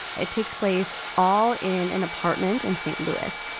it takes place all in an apartment in st. lewis,